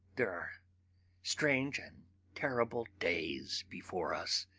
there are strange and terrible days before us.